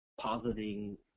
positing